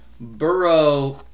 Burrow